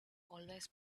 always